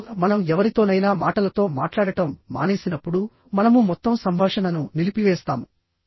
13 మనం ఎవరితోనైనా మాటలతో మాట్లాడటం మానేసినప్పుడుమనము మొత్తం సంభాషణను నిలిపివేస్తాము